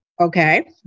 okay